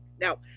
Now